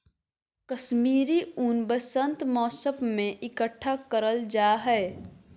कश्मीरी ऊन वसंत मौसम में इकट्ठा करल जा हय